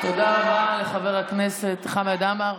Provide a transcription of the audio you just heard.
תודה רבה לחבר הכנסת חמד עמאר.